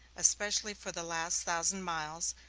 especially for the last thousand miles,